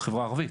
בחברה הערבית,